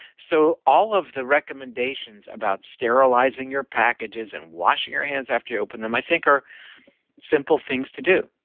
so all of the recommendations about sterilizing your packages and washing your hands after you opened them i think are simple things to do.